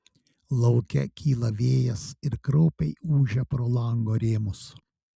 lauke kyla vėjas ir kraupiai ūžia pro lango rėmus